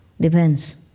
Depends